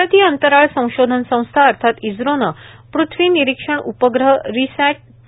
भारतीय अंतराळ संशोधन संस्था अर्थात इस्रोनं पृथ्वी निरीक्षण उपग्रह रिसॅट ट्र